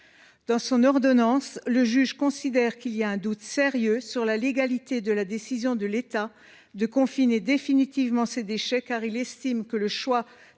Dans son ordonnance, le juge considère qu’il y a un doute sérieux sur la légalité de la décision de l’État de confiner définitivement ces déchets, car il estime que le choix